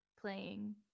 playing